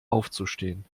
aufzustehen